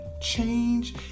change